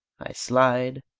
i slide,